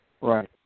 Right